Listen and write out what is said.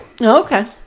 Okay